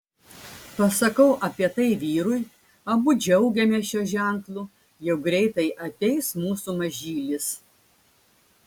pasakau apie tai vyrui abu džiaugiamės šiuo ženklu jau greitai ateis mūsų mažylis